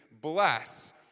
bless